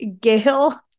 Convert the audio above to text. Gail